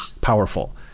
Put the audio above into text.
powerful